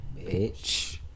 bitch